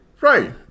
Right